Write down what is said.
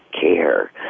care